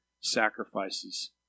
sacrifices